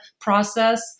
process